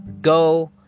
go